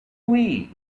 oui